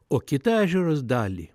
o kitą ežeros dalį